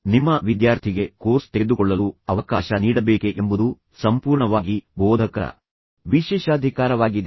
ನಿಮ್ಮ ವಿದ್ಯಾರ್ಥಿಗೆ ಕೋರ್ಸ್ ತೆಗೆದುಕೊಳ್ಳಲು ಅವಕಾಶ ನೀಡಬೇಕೆ ಎಂಬುದು ಸಂಪೂರ್ಣವಾಗಿ ಬೋಧಕರ ವಿಶೇಷಾಧಿಕಾರವಾಗಿದೆ